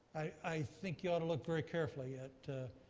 i think you ought to look very carefully at